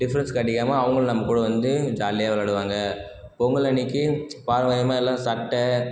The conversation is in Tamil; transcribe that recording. டிஃப்ரெண்ட்ஸ் காட்டிக்காமல் அவங்களும் நம்ம கூட வந்து ஜாலியாக விளைடுவாங்க பொங்கல் அன்னைக்கி பார்வையுகமா எல்லா சட்ட